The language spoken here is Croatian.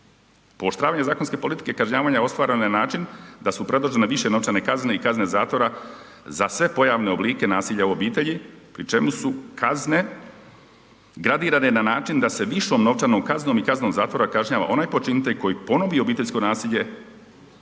Pooštravanje zakonske politike kažnjavanja ostvareno je na način da su predložene više novčane kazne i kazne zatvore za sve pojavne oblike nasilja u obitelji pri čemu su kazne gradirane na način da se višom novčanom kaznom i kaznom zatvora kažnjava onaj počinitelj koji ponovi obiteljsko nasilje